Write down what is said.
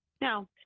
Now